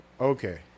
okay